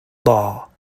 law